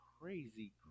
crazy